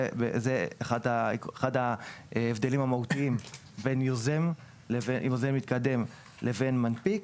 זהו אחד ההבדלים המהותיים בין יוזם מתקדם לבין מנפיק,